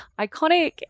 Iconic